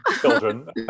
Children